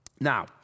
Now